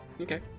Okay